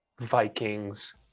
Vikings